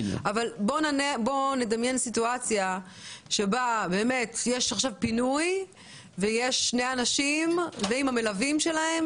בוא נדמיין סיטואציה בה יש עכשיו פינוי ויש שני אנשים עם המלווים שלהם